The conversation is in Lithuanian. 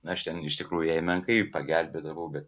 aš ten iš tikrųjų jain menkai pagelbėdavau bet